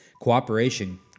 cooperation